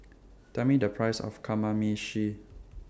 Tell Me The Price of Kamameshi